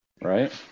right